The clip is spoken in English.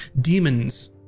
Demons